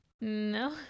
No